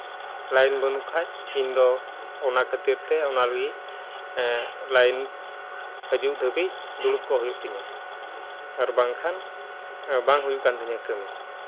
line ᱵᱟᱹᱱᱩᱜ ᱠᱷᱟᱡ ᱤᱧᱫᱚ ᱚᱱᱟ ᱠᱷᱟᱹᱛᱤᱨ ᱛᱮ ᱚᱱᱟ ᱞᱟᱹᱜᱤᱫ ᱞᱟᱹᱭᱤᱱ ᱦᱤᱡᱩᱜ ᱫᱷᱟᱹᱵᱤᱡ ᱫᱩᱲᱩᱵ ᱠᱚᱜ ᱦᱩᱭᱩᱜ ᱛᱤᱧᱟ ᱟᱨ ᱵᱟᱝᱠᱷᱟᱱ ᱵᱟᱝ ᱦᱩᱭᱩᱜ ᱠᱟᱱ ᱛᱤᱧᱟᱹ ᱠᱟᱹᱢᱤ